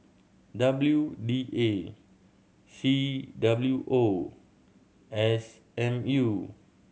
W D A C W O S M U